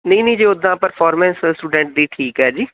ਨਹੀਂ ਨਹੀਂ ਜੀ ਉੱਦਾਂ ਪਰਫੋਰਮੈਂਸ ਸਟੂਡੈਂਟ ਦੀ ਠੀਕ ਹੈ ਜੀ